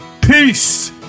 Peace